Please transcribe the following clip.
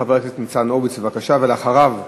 חבר הכנסת ניצן הורוביץ, בבקשה, ואחריו,